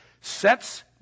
sets